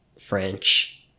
french